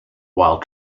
while